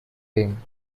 being